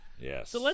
yes